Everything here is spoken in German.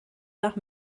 nach